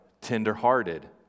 tenderhearted